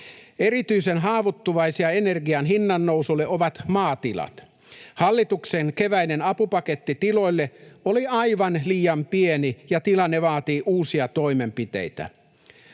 Erityisen haavoittuvaisia energian hinnannousulle ovat maatilat. Hallituksen keväinen apupaketti tiloille oli aivan liian pieni, ja tilanne vaatii uusia toimenpiteitä.